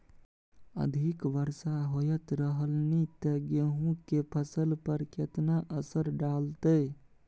अधिक वर्षा होयत रहलनि ते गेहूँ के फसल पर केतना असर डालतै?